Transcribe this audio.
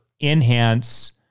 enhance